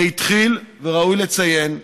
זה התחיל, וראוי לציין,